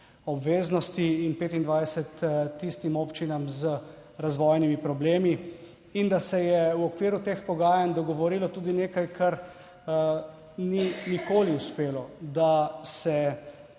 obveznosti in 25 tistim občinam z razvojnimi problemi. In da se je v okviru teh pogajanj dogovorilo tudi nekaj, kar ni nikoli uspelo, da se